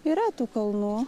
yra tų kalnų